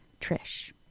trish